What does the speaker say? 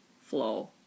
flow